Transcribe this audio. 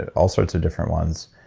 also two different ones.